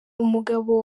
umugabo